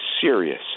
serious